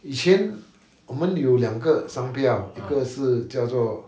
以前我们有两个商标一个是叫做